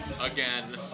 again